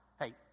Hey